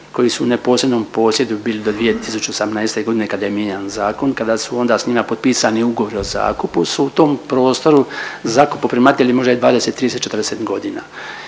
koji su u neposrednom posjedu bili do 2018. godine kada je mijenjan zakon, kada su onda s njima potpisani ugovori o zakupu su u tom prostoru zakupoprimatelji, možda i 20, 30, 40 godina